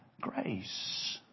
grace